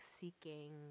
seeking